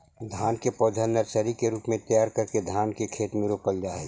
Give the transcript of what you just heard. धान के पौधा नर्सरी के रूप में तैयार करके धान के खेत में रोपल जा हइ